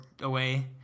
away